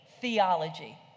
theology